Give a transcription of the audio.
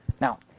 Now